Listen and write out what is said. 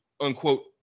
unquote